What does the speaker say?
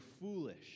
foolish